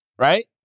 Right